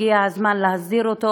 הגיע הזמן להסדיר אותו,